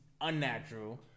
unnatural